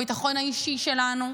את הביטחון האישי שלנו,